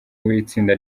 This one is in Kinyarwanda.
uw’itsinda